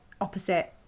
opposite